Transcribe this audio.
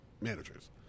managers